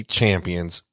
champions